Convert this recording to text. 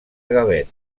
gavet